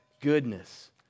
goodness